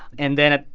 and then, ah